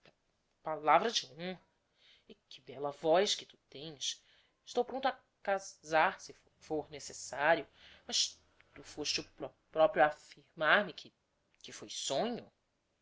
pa lavra de honra e que bella voz que tu tens estou pronto a ca sar se fô fôr necessario mas tu foste o pro prio a af firmar me que que foi sonho